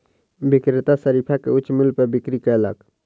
विक्रेता शरीफा के उच्च मूल्य पर बिक्री कयलक